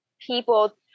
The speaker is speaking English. people